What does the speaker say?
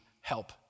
help